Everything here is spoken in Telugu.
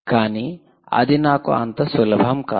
కానీ అది నాకు అంత సులభం కాదు